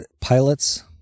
pilots